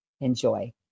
Enjoy